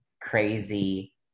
crazy